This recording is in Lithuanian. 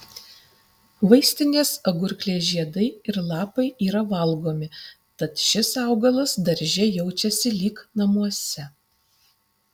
vaistinės agurklės žiedai ir lapai yra valgomi tad šis augalas darže jaučiasi lyg namuose